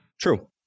True